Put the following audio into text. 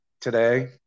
today